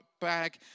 bag